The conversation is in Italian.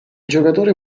giocatore